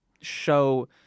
show